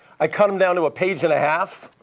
i cut him down to a page and a half.